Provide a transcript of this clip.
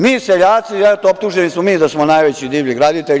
Mi, seljaci, eto, optuženi smo mi da smo najveći divlji graditelji.